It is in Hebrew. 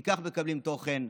כי כך מקבלים תוכן.